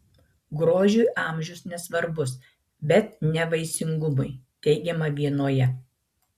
grožiui amžius nesvarbus bet ne vaisingumui teigiama vienoje